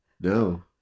No